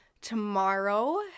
tomorrow